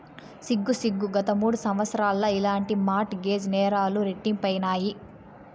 సిగ్గు సిగ్గు, గత మూడు సంవత్సరాల్ల ఇలాంటి మార్ట్ గేజ్ నేరాలు రెట్టింపైనాయి